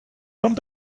come